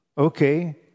Okay